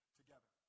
together